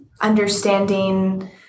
understanding